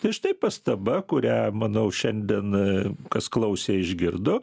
tai štai pastaba kurią manau šiandien aa kas klausė išgirdo